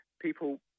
people